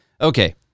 Okay